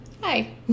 Hi